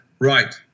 right